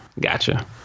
gotcha